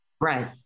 Right